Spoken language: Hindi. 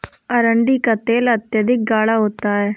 अरंडी का तेल अत्यधिक गाढ़ा होता है